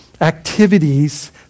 activities